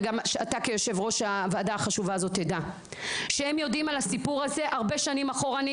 וגם שאתה אדוני תדע שהם יודעים על הסיפור הזה הרבה שנים אחורנית.